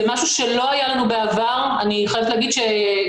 זה משהו שלא היה לנו בעבר אני חייבת להגיד שוב,